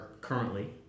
currently